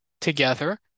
together